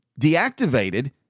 deactivated